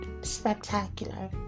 spectacular